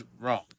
wrong